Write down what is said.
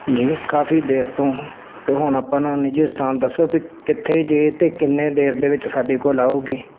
ਜੀ ਕਾਫ਼ੀ ਦੇਰ ਤੋਂ ਅਤੇ ਹੁਣ ਆਪਾਂ ਨੂੰ ਨਿੱਜੀ ਸਥਾਨ ਦੱਸੋ ਅਤੇ ਕਿੱਥੇ ਜੇ ਅਤੇ ਕਿੰਨੇ ਦੇਰ ਦੇ ਵਿੱਚ ਸਾਡੇ ਕੋਲ ਆਓਗੇ